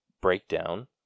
breakdown